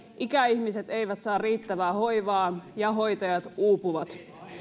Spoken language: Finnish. ikäihmiset eivät saa riittävää hoivaa ja hoitajat uupuvat